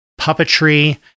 puppetry